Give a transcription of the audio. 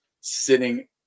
sitting